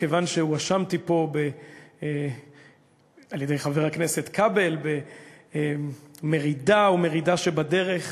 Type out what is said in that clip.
כיוון שהואשמתי פה על-ידי חבר הכנסת כבל במרידה או מרידה שבדרך,